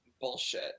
bullshit